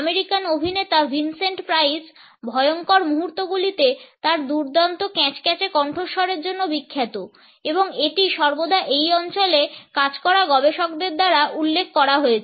American অভিনেতা Vincent Price ভয়ঙ্কর মুহুর্তগুলিতে তার দুর্দান্ত ক্যাঁচক্যাঁচে কণ্ঠস্বরের জন্য বিখ্যাত এবং এটি সর্বদা এই অঞ্চলে কাজ করা গবেষকদের দ্বারা উল্লেখ করা হয়েছে